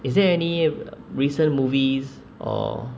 is there any recent movies or